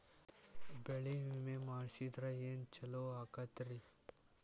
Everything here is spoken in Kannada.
ಬೆಳಿ ವಿಮೆ ಮಾಡಿಸಿದ್ರ ಏನ್ ಛಲೋ ಆಕತ್ರಿ?